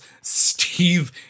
Steve